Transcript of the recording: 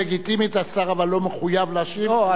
פשוט אני בכוונה לא אמרתי,